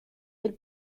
del